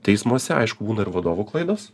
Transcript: teismuose aišku būna ir vadovų klaidos